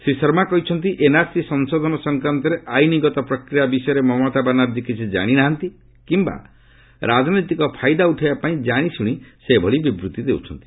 ଶ୍ରୀ ଶର୍ମା କହିଛନ୍ତି ଏନ୍ଆର୍ସି ସଂଶୋଧନ ସଂକ୍ରାନ୍ତରେ ଆଇନ୍ଗତ ପ୍ରକ୍ରିୟା ବିଷୟରେ ମମତା ବାନାର୍ଚ୍ଚୀ କିଛି କାଶି ନାହାନ୍ତି କିମ୍ବା ରାଜନୈତିକ ଫାଇଦା ଉଠାଇବା ପାଇଁ ଜାଣିଶୁଣି ସେ ଏଭଳି ବିବୃତ୍ତି ଦେଉଛନ୍ତି